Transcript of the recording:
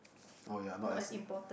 oh ya not as